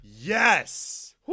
Yes